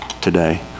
today